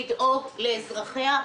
לדאוג לאזרחיה,